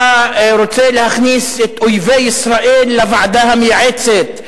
אתה רוצה להכניס את אויבי ישראל לוועדה המייעצת,